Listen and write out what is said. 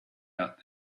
out